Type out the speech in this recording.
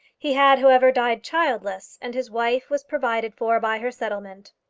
he had, however, died childless, and his wife was provided for by her settlement.